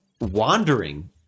wandering